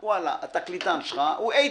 הוא אומר: התקליטן שלך מנגן מוזיקה של האייטיז.